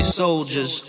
soldiers